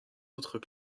autres